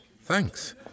Thanks